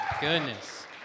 Goodness